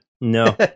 No